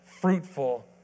fruitful